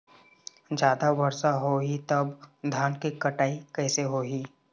जादा वर्षा होही तब धान के कटाई कैसे होही?